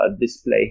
display